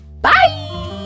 Bye